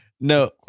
no